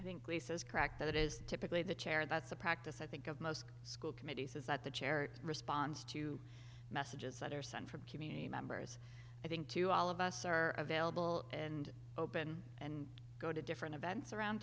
i think lisa's cracked that is typically the chair that's a practice i think of most the school committee says that the charity responds to messages that are sent from community members i think to all of us are available and open and go to different events around